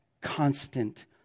constant